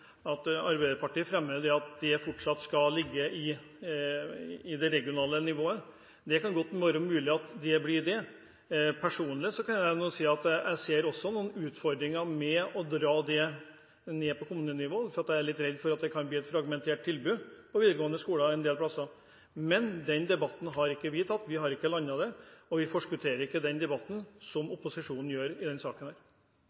at Arbeiderpartiet fremmer et forslag om at det ansvaret fortsatt skal ligge på det regionale nivået. Det kan godt hende at det blir løsningen. Personlig ser jeg noen utfordringer med å plassere det ansvaret på kommunenivået, for jeg er litt redd for at det kan bli et fragmentert tilbud på videregående skoler en del plasser. Men den debatten har ikke vi tatt, vi har ikke landet dette spørsmålet, og vi forskutterer ikke den debatten,